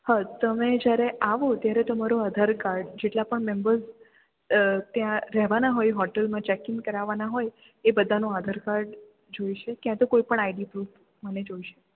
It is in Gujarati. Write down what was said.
હ તમે જ્યારે આવો ત્યારે તમારો આધાર કાર્ડ જેટલાં પણ મેમ્બર્સ ત્યાં રહેવાનાં હોય હોટલમાં ચેક ઇન કરાવાના હોય એ બધાંનો આધાર કાર્ડ જોઈશે ક્યાં તો કોઈ પણ આઈડી પ્રૂફ મને જોઈશે